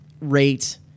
rate